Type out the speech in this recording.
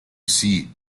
sea